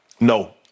No